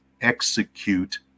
execute